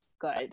Good